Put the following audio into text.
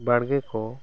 ᱵᱟᱨᱜᱮ ᱠᱚ